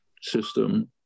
system